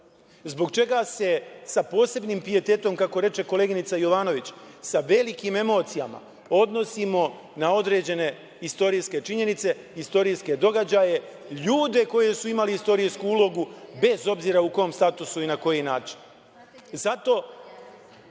zbog čega se sa posebnim pijetetom, kako reče koleginica Jovanović, sa velikim emocijama odnosimo na određene istorijske činjenice, istorijske događaje, ljude koji su imali istorijsku ulogu bez obzira u kom statusu i na koji način. Zato